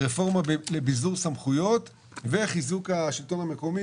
רפורמה לביזור סמכויות וחיזוק השלטון המקומי,